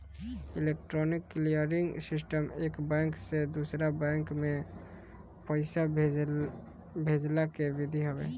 electronic clearing system एक bank से दूसरा बैंक में पईसा भेजला के विधि हवे